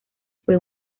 fue